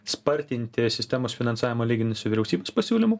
spartinti sistemos finansavimą lyginus su vyriausybės pasiūlymu